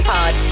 Pod